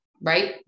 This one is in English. Right